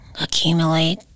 accumulate